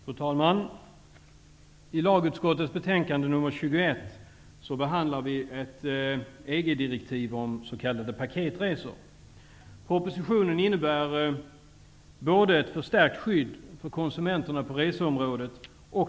Fru talman! I lagutskottets betänkande nr 21 behandlar vi ett EG-direktiv om s.k. paketresor. Förslaget i propositionen innebär ett förstärkt skydd för konsumenterna på reseområdet.